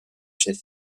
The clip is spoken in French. chez